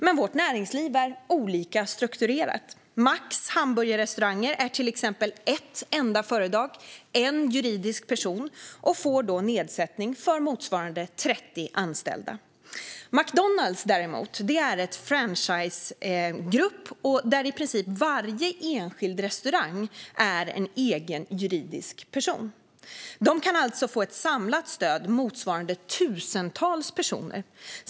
Men vårt näringsliv är olika strukturerat. Max Hamburgerrestauranger är till exempel ett enda företag, en juridisk person, och får då en nedsättning för motsvarande 30 anställda. McDonalds är däremot en franchisegrupp. Där är i princip varje enskild restaurang en egen juridisk person. De kan alltså få ett samlat stöd motsvarande tusentals personer.